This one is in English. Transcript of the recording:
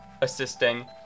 assisting